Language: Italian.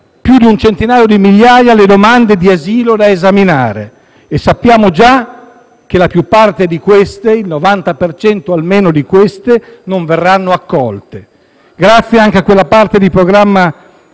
più di un centinaio di migliaia le domande di asilo da esaminare e sappiamo già che la più parte di queste - il 90 per cento almeno - non verranno accolte. Grazie anche a quella parte di programma